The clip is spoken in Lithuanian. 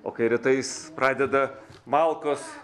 o kai rytais pradeda malkos